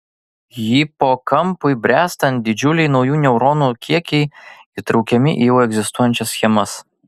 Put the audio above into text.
hipokampui bręstant didžiuliai naujų neuronų kiekiai įtraukiami į jau egzistuojančias schemas